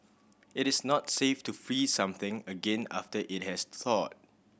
it is not safe to freeze something again after it has thawed